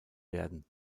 werden